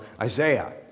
Isaiah